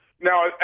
Now